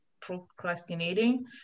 procrastinating